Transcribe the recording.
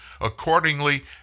accordingly